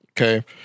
Okay